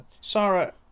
sarah